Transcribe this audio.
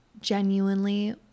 genuinely